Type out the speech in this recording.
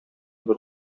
бер